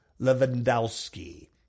Lewandowski